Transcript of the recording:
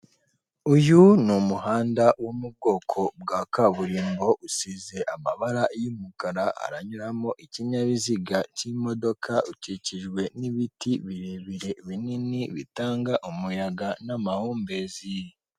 Uyu ni umuhanda wo mu bwoko bwa kaburimbo, usize amabara y'umukara, haranyuramo ikinyabiziga cy'imodoka, ukikijwe n'ibiti birebire binini bitanga umuyaga n'amahumbezi.